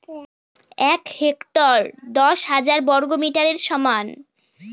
এক হেক্টর দশ হাজার বর্গমিটারের সমান